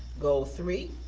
goal three,